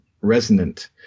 resonant